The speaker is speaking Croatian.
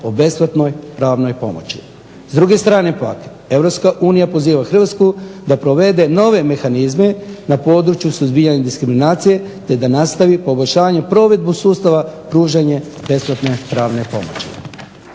o besplatnoj pravnoj pomoći. S druge strane pak Europska unija poziva Hrvatsku da provede nove mehanizme na području suzbijanja diskriminacije te da nastavi poboljšanje, provedbu sustava pružanje besplatne pravne pomoći.